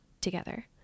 together